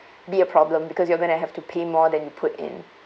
be a problem because you're going to have to pay more than you put in